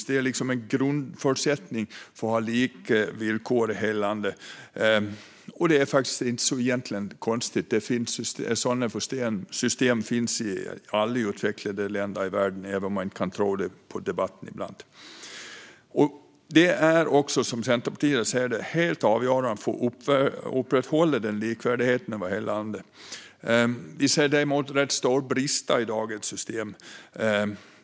Det är liksom en grundförutsättning för att ha lika villkor i hela landet, och det är faktiskt inte så konstigt - det finns sådana system i alla utvecklade länder i världen, även om man ibland inte kan tro det på debatten. Som Centerpartiet ser det är detta system helt avgörande för att upprätthålla likvärdigheten över hela landet. Vi ser dock rätt stora brister i dagens system.